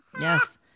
yes